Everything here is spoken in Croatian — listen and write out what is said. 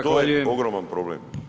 To je ogroman problem.